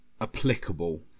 applicable